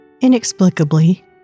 Inexplicably